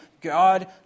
God